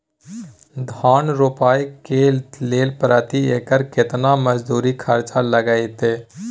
धान रोपय के लेल प्रति एकर केतना मजदूरी खर्चा लागतेय?